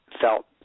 felt